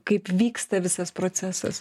kaip vyksta visas procesas